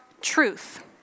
Truth